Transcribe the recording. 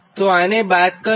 તો આને બાદ કરીએ